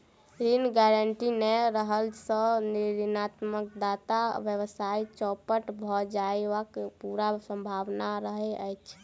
ऋण गारंटी नै रहला सॅ ऋणदाताक व्यवसाय चौपट भ जयबाक पूरा सम्भावना रहैत छै